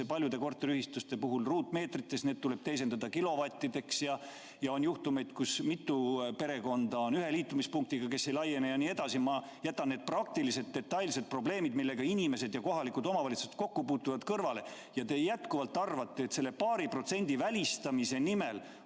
paljudes korteriühistutes lähtuvalt ruutmeetritest, need tuleb teisendada kilovattideks, ja on juhtumeid, kus mitu perekonda on ühe liitumispunktiga, nendele see ei laiene, ja nii edasi. Ma jätan need praktilised detailsed probleemid, millega inimesed ja kohalikud omavalitsused kokku puutuvad, kõrvale. Aga te jätkuvalt arvate, et selle paari protsendi välistamise nimel